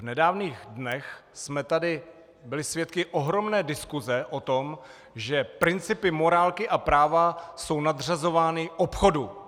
V nedávných dnech jsme tady byli svědky ohromné diskuse o tom, že principy morálky a práva jsou nadřazovány obchodu.